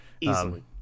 Easily